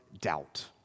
doubt